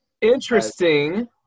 interesting